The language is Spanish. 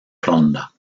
ronda